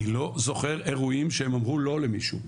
אני לא זוכר אירועים שהם אמרו לא למישהו,